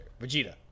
vegeta